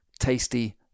tasty